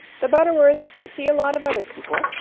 the butterworths see a lot of other people,